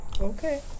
Okay